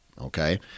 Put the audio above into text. Okay